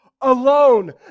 alone